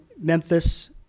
Memphis